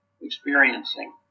experiencing